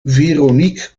veronique